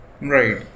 Right